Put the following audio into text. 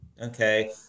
Okay